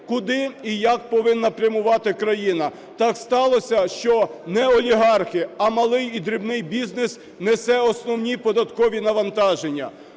куди і як повинна прямувати країна. Так сталося, що не олігархи, а малий і дрібний бізнес несе основні податкові навантаження.